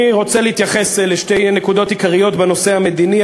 אני רוצה להתייחס לשתי נקודות עיקריות בנושא המדיני.